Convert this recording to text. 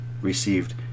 received